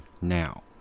now